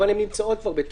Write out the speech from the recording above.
אבל הן כבר נמצאות בתוקף,